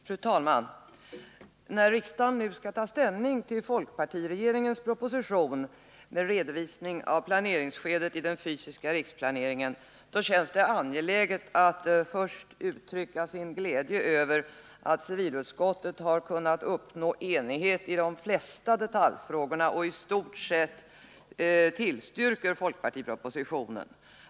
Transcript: Fru talman! När riksdagen nu skall ta ställning till folkpartiregeringens proposition med redovisning av planeringsskedet i den fysiska riksplaneringen känns det angeläget att först uttrycka tillfredsställelse över att civilutskottet har kunnat uppnå enighet i de flesta detaljfrågorna och i stort sett tillstyrker folkpartipropositionen.